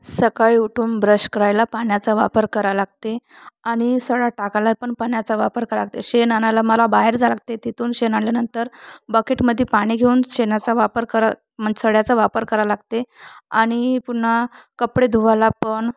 सकाळी उठून ब्रश करायला पाण्याचा वापर करावं लागते आणि सडा टाकायला पण पाण्याचा वापर करावं लागते शेण आणायला मला बाहेर जावं लागते तिथून शेण आल्यानंतर बकेटमध्ये पाणी घेऊन शेणाचा वापर करावं मन सड्याचा वापर करावं लागते आणि पुन्हा कपडे धुवायला पण